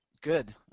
Good